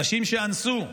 אנשים שאנסו.